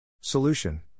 Solution